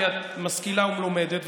כי את משכילה ומלומדת,